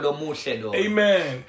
Amen